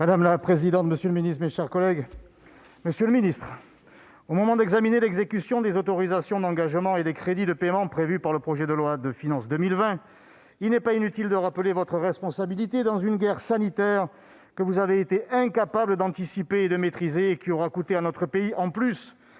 Madame la présidente, monsieur le ministre, mes chers collègues, au moment d'examiner l'exécution des autorisations d'engagement et des crédits de paiements prévus par le projet de loi de finances pour 2020, il n'est pas inutile de rappeler la responsabilité du Gouvernement dans une guerre sanitaire qu'il a été incapable d'anticiper et de maîtriser et qui aura coûté à notre pays, en plus